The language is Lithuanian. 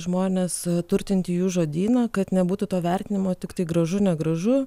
žmones turtinti jų žodyną kad nebūtų to vertinimo tiktai gražu negražu